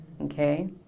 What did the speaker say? okay